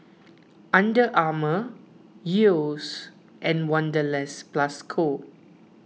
Under Armour Yeo's and Wanderlust Plus Co